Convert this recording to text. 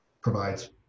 provides